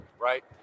right